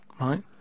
Right